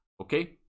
okay